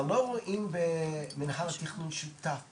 אבל לא רואים במינהל התכנון שותף לזה,